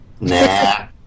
Nah